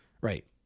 Right